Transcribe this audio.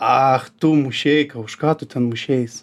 ach tu mušeika už ką tu ten mušeis